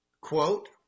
Quote